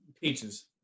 Peaches